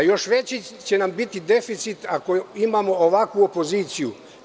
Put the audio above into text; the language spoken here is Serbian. Još veći će nam biti deficit ako imamo ovakvu opoziciju.